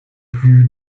plus